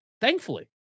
thankfully